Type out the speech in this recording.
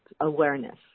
awareness